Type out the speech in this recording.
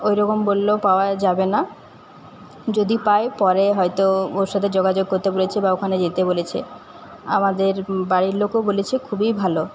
ওইরকম বললো পাওয়া যাবে না যদি পায় পরে হয়তো ওর সাথে যোগাযোগ করতে বলেছে বা ওখানে যেতে বলেছে আমাদের বাড়ির লোকও বলেছে খুবই ভালো